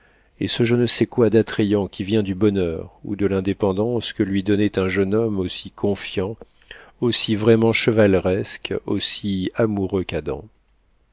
et ce je ne sais quoi d'attrayant qui vient du bonheur ou de l'indépendance que lui donnait un jeune homme aussi confiant aussi vraiment chevaleresque aussi amoureux qu'adam